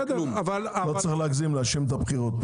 לא צריך להגזים ולהאשים את הבחירות.